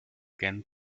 ken